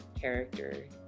character